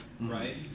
right